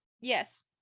yes